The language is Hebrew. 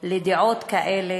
לדעות כאלה,